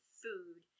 food